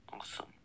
Awesome